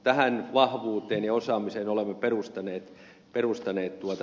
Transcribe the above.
tähän vahvuuteen ja osaamiseen olemme perustaneet tuota toimintaamme